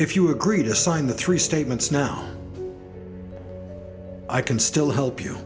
if you agree to sign the three statements now i can still help you